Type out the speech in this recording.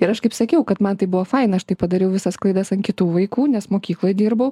ir aš kaip sakiau kad man tai buvo faina aš tai padariau visas klaidas ant kitų vaikų nes mokykloj dirbau